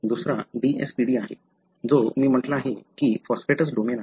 दुसरा DSPD आहे जो मी म्हटला आहे की फॉस्फेटेस डोमेन आहे